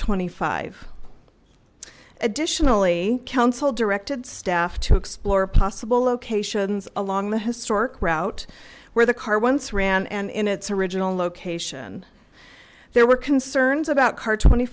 twenty five additionally council directed staff to explore possible locations along the historic route where the car once ran and in its original location there were concerns about car twenty